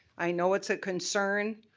i know it's a concern.